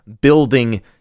building